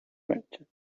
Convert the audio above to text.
merchant